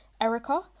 Erica